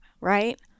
right